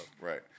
Right